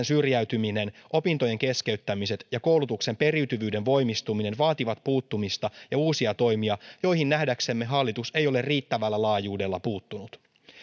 syrjäytyminen opintojen keskeyttämiset ja koulutuksen periytyvyyden voimistuminen vaativat puuttumista ja uusia toimia joihin nähdäksemme hallitus ei ole riittävällä laajuudella puuttunut